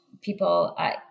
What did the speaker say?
People